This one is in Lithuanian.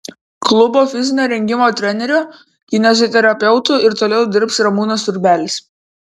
klubo fizinio rengimo treneriu kineziterapeutu ir toliau dirbs ramūnas urbelis